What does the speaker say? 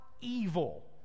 evil